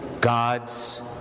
God's